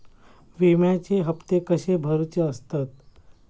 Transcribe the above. विम्याचे हप्ते कसे भरुचे असतत?